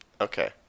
Okay